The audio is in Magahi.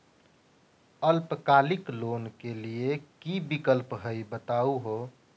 अल्पकालिक लोन के कि कि विक्लप हई बताहु हो?